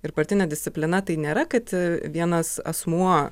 ir partinė disciplina tai nėra kad vienas asmuo